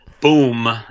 Boom